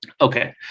okay